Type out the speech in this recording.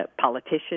politician